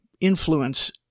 influence